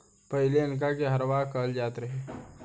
पहिले इनका के हरवाह कहल जात रहे